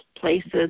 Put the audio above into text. places